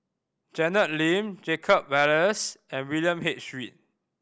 Janet Lim Jacob Ballas and William H Read